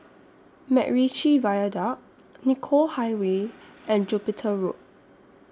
Macritchie Viaduct Nicoll Highway and Jupiter Road